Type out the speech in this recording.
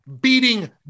beating